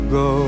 go